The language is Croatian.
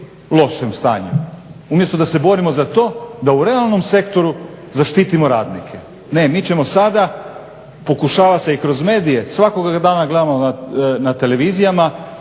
lošem stanju. Umjesto da se borimo za to da u realnom sektoru zaštitimo radnike. Ne, mi ćemo sada, pokušava se i kroz medije svakoga dana gledamo na tv-u